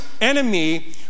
enemy